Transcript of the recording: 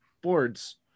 boards